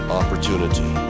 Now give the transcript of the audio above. opportunity